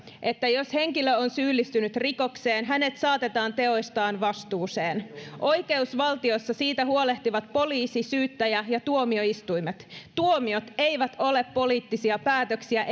että jos henkilö on syyllistynyt rikokseen hänet saatetaan teoistaan vastuuseen oikeusvaltiossa siitä huolehtivat poliisi syyttäjä ja tuomioistuimet tuomiot eivät ole poliittisia päätöksiä